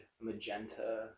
magenta